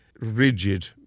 rigid